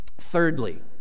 Thirdly